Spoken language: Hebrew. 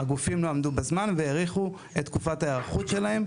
הגופים לא עמדו בזמן והאריכו את תקופת ההיערכות שלהם,